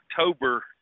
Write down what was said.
October